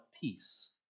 peace